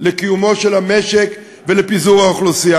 לקיומו של המשק ולפיזור האוכלוסייה.